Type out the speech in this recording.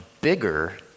bigger